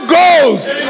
Ghost